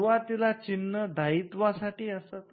सुरुवातीला चिन्ह दायित्वासाठी असत